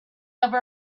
have